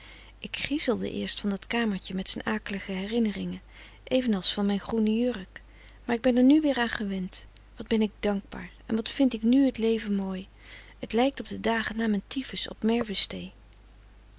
ik griezelde eerst van dat kamertje met zijn akelige herinneringen even als van mijn groene jurk maar ik ben er nu weer aan gewend wat ben ik dankbaar en wat vind ik nu t leven mooi t lijkt op de dagen na mijn typhus op